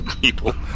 people